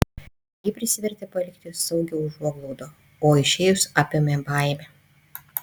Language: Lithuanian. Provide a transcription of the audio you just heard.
ji prisivertė palikti saugią užuoglaudą o išėjus apėmė baimė